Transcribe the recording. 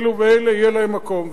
אלו ואלו יהיה להם מקום,